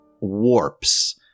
warps